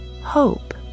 Hope